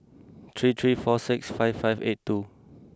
three three four six five five eight two